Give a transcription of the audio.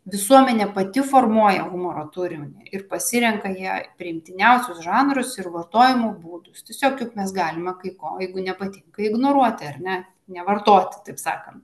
visuomenė pati formuoja humoro turinį ir pasirenka jai priimtiniausius žanrus ir vartojimo būdus tiesiog juk mes galime kai ko jeigu nepatinka ignoruoti ar ne nevartoti taip sakant